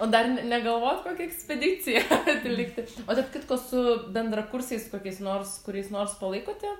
o dar ne negalvojat kokią ekspediciją atlikti o tarp kitko su bendrakursiais kokiais nors kuriais nors palaikote